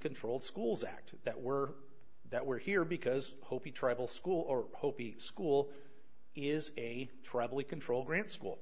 controlled schools act that we're that we're here because hopi tribal school or hopi school is a traveling control grant school